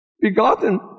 Begotten